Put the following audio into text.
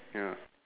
ya